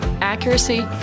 accuracy